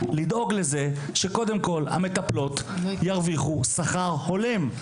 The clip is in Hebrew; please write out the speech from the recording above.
לדאוג לזה שקודם כל המטפלות ירוויחו שכר הולם,